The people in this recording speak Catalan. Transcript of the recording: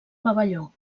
pavelló